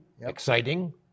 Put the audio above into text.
exciting